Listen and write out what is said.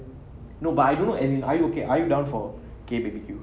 no but I don't know and as in are you okay are you down for K_B_B_Q